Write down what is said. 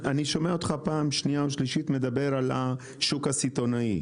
אני שומע אותך פעם שנייה או שלישית מדבר על השוק הסיטונאי.